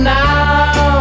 now